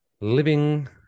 living